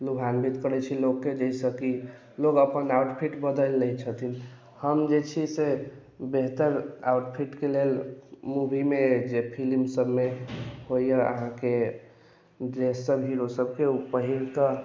लोभान्वित करैत छै लोककेँ जाहिसँ कि लोक अपन आउटफिट बदलि लै छथिन हम जे छी से बेहतर आउटफिटके लेल मूवीमे जे फिलिम सभमे होइया अहाँकेँ जे सभ हीरो सभकेँ ओ पहिर कऽ